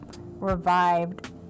revived